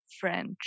French